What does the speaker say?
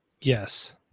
Yes